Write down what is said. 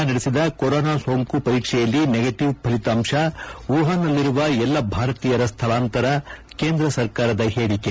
China ನಡೆಸಿದ corona ಸೋಂಕು ಪರೀಕ್ಷೆಯಲ್ಲಿ ನೆಗೆಟವ್ ಫಲಿತಾಂತ ವೂಹಾನ್ನಲ್ಲಿರುವ ಎಲ್ಲಾ ಭಾರತೀಯರ ಸ್ಲಳಾಂತರ ಕೇಂದ್ರ ಸರ್ಕಾರದ ಹೇಳಿಕೆ